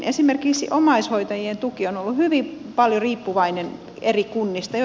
esimerkiksi omaishoitajien tuki on ollut hyvin paljon riippuvainen kunnasta